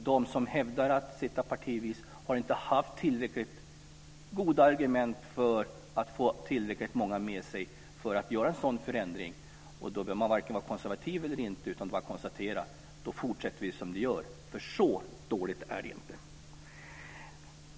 De som hävdar att vi bör sitta partivis har inte haft så goda argument att de fått tillräckligt många med sig för att göra en sådan förändring. Då spelar det ingen roll om man är konservativ eller inte. Då fortsätter vi som förut, för så dåligt är det inte.